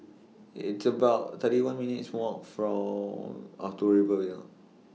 It's about thirty one minutes' Walk For Or to Rivervale